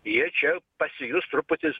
jie čia pasijus truputis